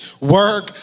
Work